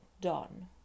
done